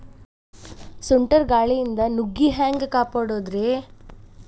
ಸುಂಟರ್ ಗಾಳಿಯಿಂದ ನುಗ್ಗಿ ಹ್ಯಾಂಗ ಕಾಪಡೊದ್ರೇ?